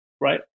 Right